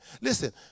Listen